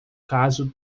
caso